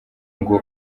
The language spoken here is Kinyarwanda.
ngo